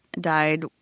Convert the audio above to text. died